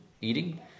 eating